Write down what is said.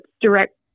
direct